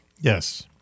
Yes